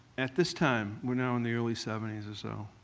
at this time, we're now in the early seventy s or so,